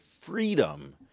freedom